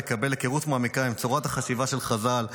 לקבל היכרות מעמיקה עם צורת החשיבה של חז"ל,